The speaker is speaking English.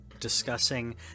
Discussing